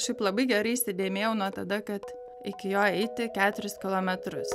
šiaip labai gerai įsidėmėjau nuo tada kad iki jo eiti keturis kilometrus